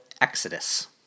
Exodus